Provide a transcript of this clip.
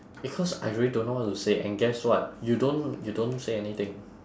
because I really don't know what to say and guess what you don't you don't say anything